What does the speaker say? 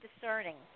discerning